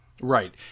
Right